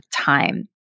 time